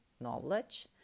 knowledge